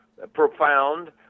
profound